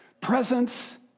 presence